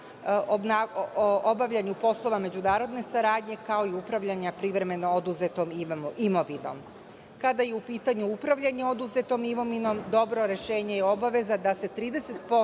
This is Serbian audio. obavljanju poslova međunarodne saradnje, kao i upravljanja privremeno oduzetom imovinom. Kada je u pitanju upravljanje oduzetom imovinom, dobro rešenje je obaveza da se 30%